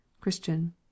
Christian